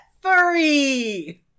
furry